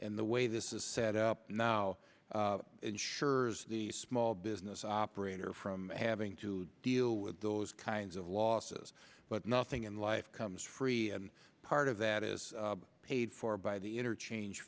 and the way this is set up now sure the small business operator from having to deal with those kinds of losses but nothing in life comes free and part of that is paid for by the interchange